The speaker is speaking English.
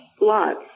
lots